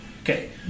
Okay